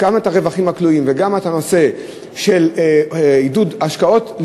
גם את הרווחים הכלואים וגם את הנושא של עידוד השקעות הון,